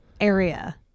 area